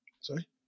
Sorry